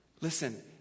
Listen